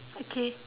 okay